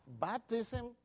baptism